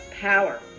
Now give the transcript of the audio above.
power